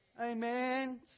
Amen